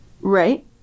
Right